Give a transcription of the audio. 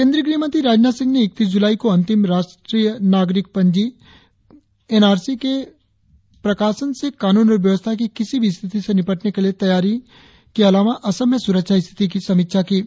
केंद्रीय गृह मंत्री राजनाथ सिंह ने इकतीस जुलाई को अंतिम राष्ट्रीय नागरिक पंजी एनआरसी के प्रकाशन से कानून और व्यवस्था की किसी भी स्थिति से निपटने के लिए तैयारी के अलावा असम में सुरक्षा स्थिति की समीक्षा की है